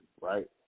Right